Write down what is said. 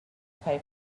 pay